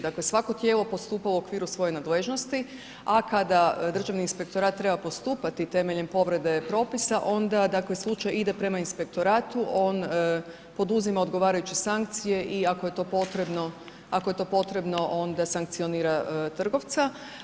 Dakle, svako tijelo postupa u okviru svoje nadležnosti, a kada Državni inspektorat treba postupati temeljem povrede propisa onda dakle slučaj ide prema inspektoratu on poduzima odgovarajuće sankcije i ako je to potrebno, ako je to potrebno onda sankcionira trgovca.